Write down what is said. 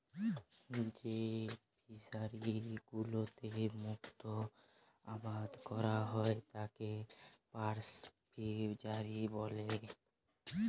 যেই ফিশারি গুলোতে মুক্ত আবাদ ক্যরা হ্যয় তাকে পার্ল ফিসারী ব্যলে